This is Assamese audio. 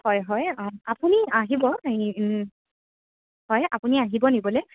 হয় হয় আপুনি আহিব হয় আপুনি আহিব নিবলৈ